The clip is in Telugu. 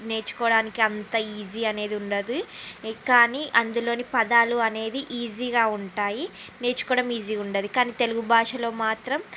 నేర్చుకోవడానికి అంత ఈజీ అనేది ఉండదు కానీ అందులోని పదాలు అనేది ఈజీగా ఉంటాయి నేర్చుకోవడం ఈజీగా ఉండదు కానీ తెలుగు భాషలో మాత్రం